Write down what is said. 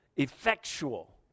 effectual